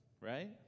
Right